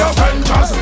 Avengers